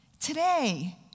today